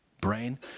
brain